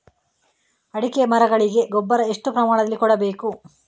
ಅಡಿಕೆ ಮರಗಳಿಗೆ ಗೊಬ್ಬರ ಎಷ್ಟು ಪ್ರಮಾಣದಲ್ಲಿ ಕೊಡಬೇಕು?